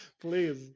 Please